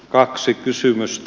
kaksi kysymystä